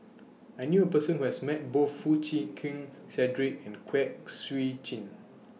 I knew A Person Who has Met Both Foo Chee Keng Cedric and Kwek Siew Jin